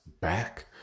back